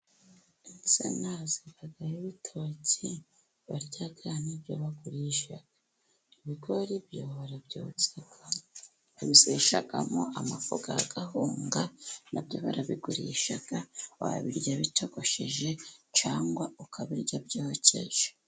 Insina zizana ibitoki barya n'ibyo bagurisha. Ibigori byo barabyotsa babibeteshamo amafu y'akawunga, nabyo barabigurisha, wabirya bitogosheje cyangwa ukabirya byokeje.